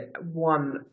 one